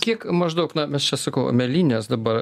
kiek maždaug na mes čia sakau mėlynės dabar